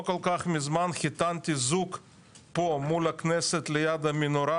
לא מזמן חיתנתי זוג פה מול הכנסת ליד המנורה.